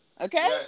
Okay